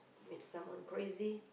meet someone crazy